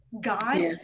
God